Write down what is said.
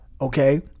Okay